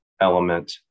element